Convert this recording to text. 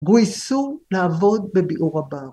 גויסו, נעבוד בביעור הפעם.